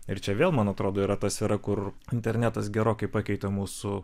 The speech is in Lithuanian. ir čia vėl man atrodo yra tas yra kur internetas gerokai pakeitė mūsų